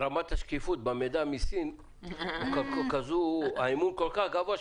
רמת השקיפות במידע מסין האמון הוא כל כך גבוה,